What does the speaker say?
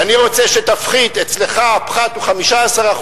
הפחת אצלך הוא 15%,